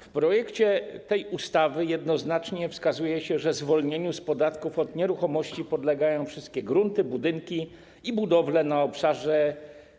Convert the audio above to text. W projekcie tej ustawy jednoznacznie wskazuje się, że zwolnieniu z podatków od nieruchomości podlegają wszystkie grunty, budynki i budowle na obszarze